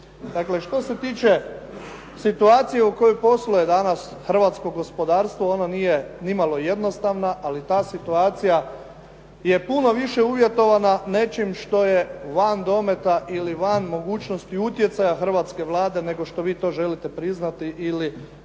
što se tiče situacije u kojoj posluje danas hrvatsko gospodarstvo, ono nije nimalo jednostavna, ali ta situacija je puno više uvjetovana nečim što je van dometa ili van mogućnosti utjecaja Hrvatske Vlade, nego što vi to želite priznati ili